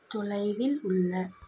தொலைவில் உள்ள